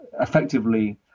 effectively